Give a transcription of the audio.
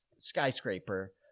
skyscraper